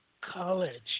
college